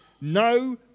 no